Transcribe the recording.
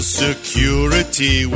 security